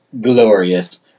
glorious